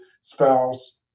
spouse